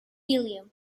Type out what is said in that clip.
helium